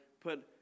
put